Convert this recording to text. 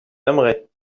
aimeraient